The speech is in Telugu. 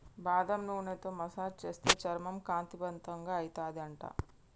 బాదం నూనెతో మసాజ్ చేస్తే చర్మం కాంతివంతంగా అయితది అంట